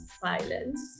silence